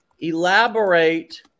Elaborate